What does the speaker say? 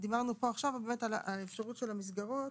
דיברנו פה עכשיו על האפשרות של מסגרות